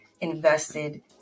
invested